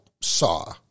saw